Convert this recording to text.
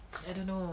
I don't know